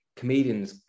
comedians